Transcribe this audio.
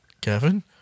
Kevin